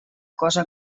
cosa